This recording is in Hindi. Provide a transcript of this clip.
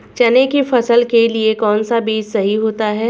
चने की फसल के लिए कौनसा बीज सही होता है?